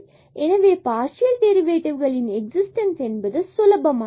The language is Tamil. எனவே பார்சியல் டெரிவேட்டிவ்களின் எக்ஸிஸ்டன்ஸ் என்பது சுலபமானது